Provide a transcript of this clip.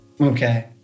Okay